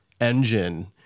engine